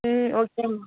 ம் ஓகே